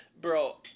bro